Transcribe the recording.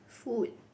food